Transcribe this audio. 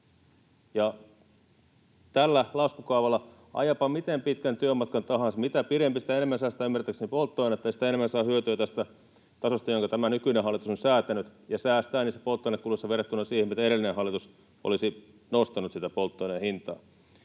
Tällä laskukaavalla, ajaapa miten pitkän työmatkan tahansa — mitä pidempi, sitä enemmän säästää ymmärtääkseni polttoainetta ja sitä enemmän saa hyötyä tästä tasosta, jonka tämä nykyinen hallitus on säätänyt — säästää polttoainekuluissa verrattuna siihen, mitä edellinen hallitus olisi nostanut polttoaineen hintaa.